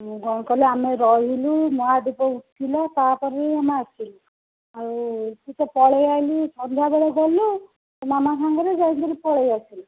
ମୁଁ କଣ କଲି ଆମେ ରହିଲୁ ମହାଦୀପ ଉଠିଲା ତାପରେ ଆମେ ଆସିଲୁ ଆଉ ତୁ ତ ପଳାଇ ଆସିଲୁ ସନ୍ଧ୍ୟାବେଳେ ଗଲୁ ତୋ ମାମା ସାଙ୍ଗରେ ଯାଇକି ପଳାଇ ଆସିଲୁ